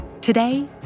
Today